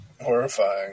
horrifying